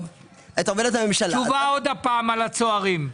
תשובה שוב על הצוערים.